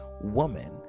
woman